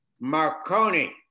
Marconi